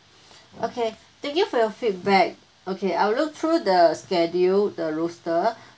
okay thank you for your feedback okay I'll look through the schedule the roster